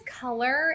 color